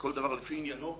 כל דבר לפי עניינו,